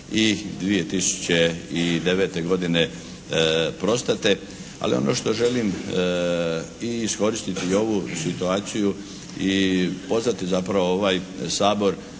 i 2009. godine prostate. Ali ono što želim i iskoristiti i ovu situaciju i pozvati zapravo ovaj Sabor